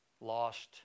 lost